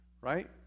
right